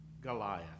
Goliath